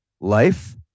life